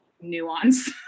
nuance